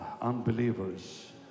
unbelievers